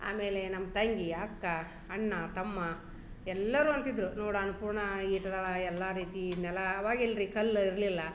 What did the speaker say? ಆಮೇಲೆ ನಮ್ಮ ತಂಗಿ ಅಕ್ಕ ಅಣ್ಣ ತಮ್ಮ ಎಲ್ಲರು ಅಂತಿದ್ದರು ನೋಡಿ ಅನ್ನಪೂರ್ಣ ಇದ್ರಾಳ ಎಲ್ಲ ರೀತಿ ನೆಲಾ ಅವಾಗಿಲ್ಲ ರೀ ಕಲ್ಲು ಇರಲಿಲ್ಲ